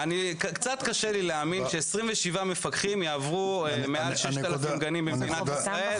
קצת קשה לי להאמין ש-27 מפקחים יעברו מעל 6,000 גנים במדינת ישראל.